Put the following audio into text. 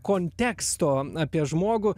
konteksto apie žmogų